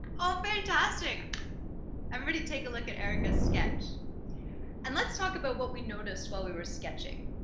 all fantastic i'm ready take a look at erica's sketch and let's talk about what we noticed while we were sketching